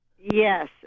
Yes